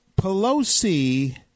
Pelosi